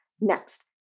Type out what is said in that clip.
Next